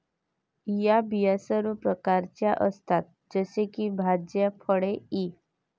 या बिया सर्व प्रकारच्या असतात जसे की भाज्या, फळे इ